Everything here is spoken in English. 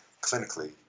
clinically